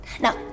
Now